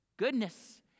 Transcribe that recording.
goodness